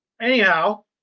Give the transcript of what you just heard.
anyhow